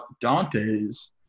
Dante's